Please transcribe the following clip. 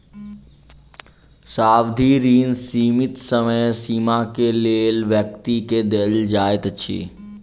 सावधि ऋण सीमित समय सीमा के लेल व्यक्ति के देल जाइत अछि